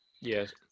Yes